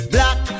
Black